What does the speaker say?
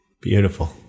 Beautiful